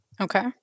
Okay